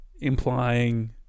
implying